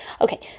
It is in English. okay